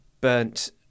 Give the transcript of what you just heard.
burnt